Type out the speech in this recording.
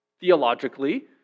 theologically